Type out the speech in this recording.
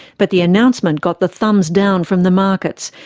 but the announcement got the thumbs down from the markets,